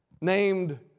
named